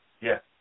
Yes